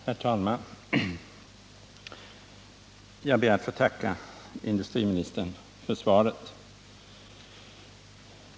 Herr talman! Jag ber att få tacka industriministern för svaret.